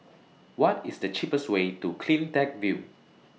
What IS The cheapest Way to CleanTech View